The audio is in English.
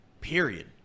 period